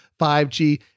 5g